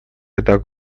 рядах